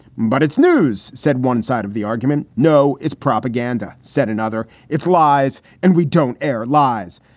but its news said one side of the argument. no, it's propaganda, said another. it's lies. and we don't air lies.